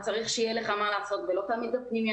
אתה צריך שיהיה לך מה לעשות ולא תמיד הפנימייה